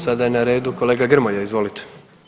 Sada je na redu kolega Grmoja, izvolite.